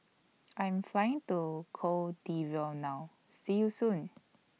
I Am Flying to Cote D'Ivoire now See YOU Soon